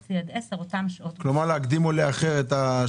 שחלות בין 6:30 10:00. כלומר להקדים או לאחר את השעות.